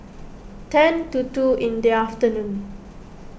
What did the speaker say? ten to two in the afternoon